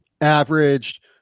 averaged